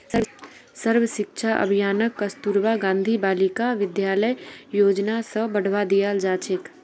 सर्व शिक्षा अभियानक कस्तूरबा गांधी बालिका विद्यालय योजना स बढ़वा दियाल जा छेक